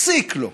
פסיק לא.